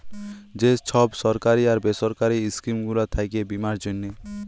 যে ছব সরকারি আর বেসরকারি ইস্কিম গুলা থ্যাকে বীমার জ্যনহে